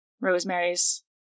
Rosemary's